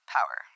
Power